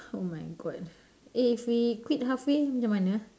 oh my god eh if we quit halfway macam mana